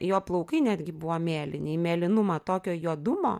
jo plaukai netgi buvo mėlyni į mėlynumą tokio juodumo